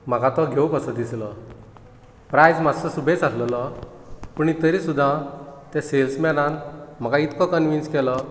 म्हाका तो घेवं कसो दिसलो प्रायस मात्सो सुबेज आसलेलो पूण तरी सुद्दां ते सेल्समॅनान म्हाका इतलो कन्वीन्स केलो